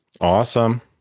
Awesome